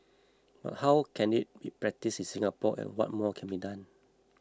but how can you practised in Singapore and what more can be done